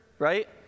Right